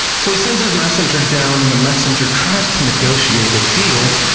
so he sends his messenger down, and the messenger tries to negotiate a deal,